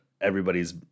everybody's